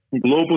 Global